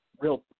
real